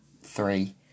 three